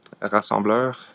rassembleur